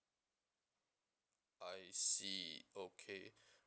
I see okay